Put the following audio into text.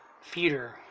Feeder